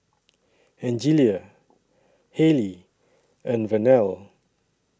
Angelia Haylie and Vernelle